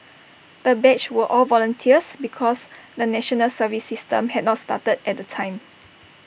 the batch were all volunteers because the National Service system had not started at the time